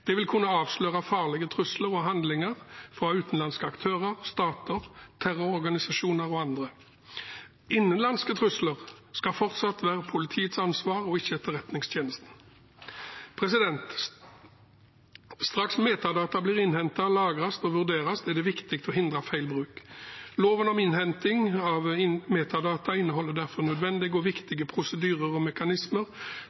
Det vil kunne avsløre farlige trusler og handlinger fra utenlandske aktører, stater, terrororganisasjoner og andre. Innenlandske trusler skal fortsatt være politiets ansvar og ikke Etterretningstjenestens. Straks metadata blir innhentet, lagres og vurderes er det viktig å hindre feil bruk. Loven om innhenting av metadata inneholder derfor nødvendige og